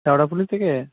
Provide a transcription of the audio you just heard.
শ্যাওড়াফুলি থেকে